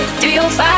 305